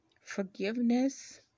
Forgiveness